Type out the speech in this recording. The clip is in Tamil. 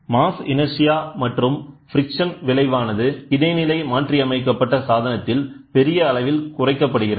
மாஸ் இனர்ஷியா மற்றும் ஃப்ரிக்ஷன் விளைவானது இடைநிலை மாற்றியமைக்கப்பட்ட சாதனத்தில் பெரிய அளவில் குறைக்கப்படுகிறது